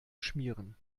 schmieren